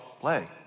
play